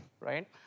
right